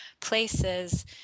places